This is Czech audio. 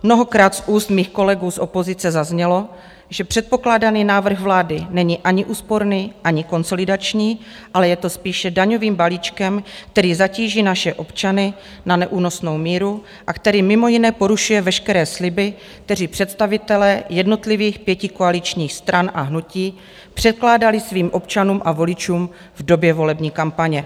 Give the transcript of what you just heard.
Mnohokrát z úst mých kolegů z opozice zaznělo, že předpokládaný návrh vlády není ani úsporný, ani konsolidační, ale je spíše daňovým balíčkem, který zatíží naše občany na neúnosnou míru a který mimo jiné porušuje veškeré sliby, které představitelé jednotlivých pětikoaličních stran a hnutí předkládali svým občanům a voličům v době volební kampaně.